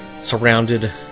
Surrounded